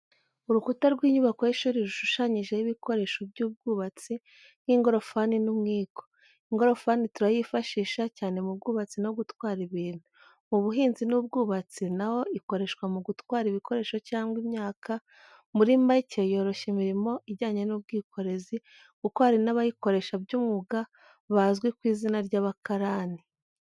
Urukuta rw'inyubako y'ishuri rushushanyijeho ibikoresho by'ubwubatsi nk'ingorofani n'umwiko. Ingorofani turayifashisha, cyane mu bwubatsi no gutwara ibintu. Mu buhinzi n’ubwubatsi naho ikoreshwa mu gutwara ibikoresho cyangwa imyaka. Muri macye yoroshya imirimo ijyanye n’ubwikorezi kuko hari n’abayikoresha by’umwuga bazwi ku izina ry’abakarani.